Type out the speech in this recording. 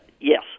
yes